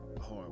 hard